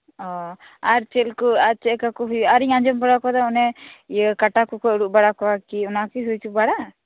ᱚ ᱟᱨ ᱪᱮᱫᱞᱟᱠᱟᱠᱩ ᱦᱩᱭᱩᱜ ᱟ ᱟᱨᱤᱧ ᱟᱸᱡᱚᱢ ᱵᱟᱲᱟᱣᱟᱠᱟᱫᱟ ᱚᱱᱮ ᱤᱭᱟᱹ ᱠᱟᱴᱟ ᱠᱩᱠᱩ ᱟᱹᱨᱩᱵ ᱵᱟᱲᱟᱠᱚᱣᱟ ᱚᱱᱟᱠᱤ ᱦᱩᱭ ᱵᱟᱲᱟᱜ ᱟ